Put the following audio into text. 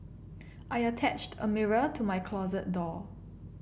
I attached a mirror to my closet door